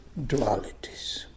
dualities